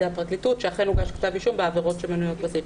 הפרקליטות שאכן הוגש כתב אישום בעבירות שמנויות בזה.